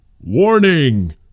Warning